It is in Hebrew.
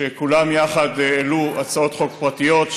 שכולם יחד העלו הצעות פרטיות.